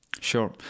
Sure